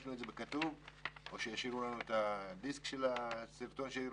ביקשנו את זה בכתוב או שישאירו לנו את הדיסק עם הסרטון שהראו,